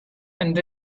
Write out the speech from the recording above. and